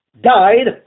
died